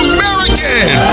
American